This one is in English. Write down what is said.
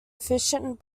efficient